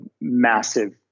massive